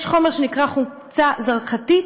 יש חומר שנקרא חומצה חנקתית,